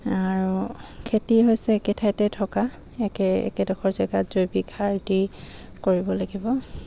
আৰু খেতি হৈছে একে ঠাইতে থকা একে একেডোখৰ জেগাত জৈৱিক সাৰ দি কৰিব লাগিব